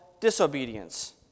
disobedience